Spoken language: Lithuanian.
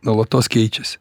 nuolatos keičiasi